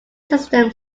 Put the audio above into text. system